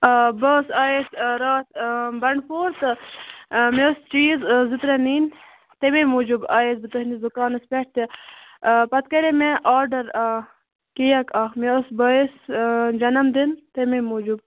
آ بہٕ حَظ آیس راتھ إں بنڈٕ پوٗر تہٕ مےٚ اوس چیٖز زٕ ترےٚ نیُن تمے موٗجوٗب آیس بہٕ تُہندِس دُکانس پیٹھ تہِ آ پتہٕ کرے مےٚ آرڈر آ کیک اکھ مےٚ اوس بٲیِس جنم دِن تمے موٗجوٗب